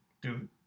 dude